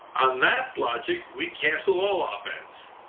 on that logic we cancel all op-eds.